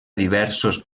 diversos